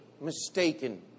mistaken